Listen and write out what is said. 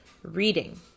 Reading